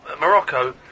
Morocco